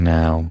now